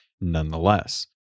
nonetheless